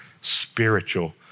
spiritual